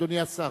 אדוני השר.